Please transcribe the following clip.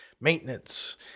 maintenance